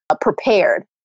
prepared